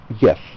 yes